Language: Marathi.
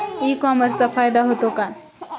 ई कॉमर्सचा फायदा होतो का?